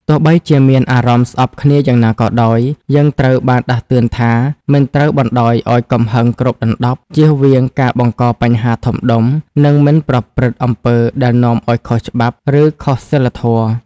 ទោះបីជាមានអារម្មណ៍ស្អប់គ្នាយ៉ាងណាក៏ដោយ យើងត្រូវបានដាស់តឿនថា មិនត្រូវបណ្តោយឲ្យកំហឹងគ្របដណ្ដប់ ជៀសវាងការបង្កបញ្ហាធំដុំ និងមិនប្រព្រឹត្តអំពើដែលនាំឲ្យខុសច្បាប់ ឬខុសសីលធម៌។